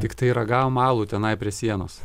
tiktai ragavom alų tenai prie sienos